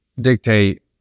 dictate